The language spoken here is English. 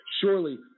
Surely